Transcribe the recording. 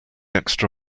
extra